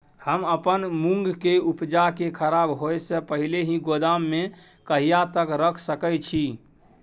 हम अपन मूंग के उपजा के खराब होय से पहिले ही गोदाम में कहिया तक रख सके छी?